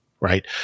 Right